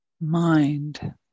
mind